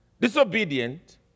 Disobedient